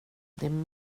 men